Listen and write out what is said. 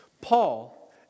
Paul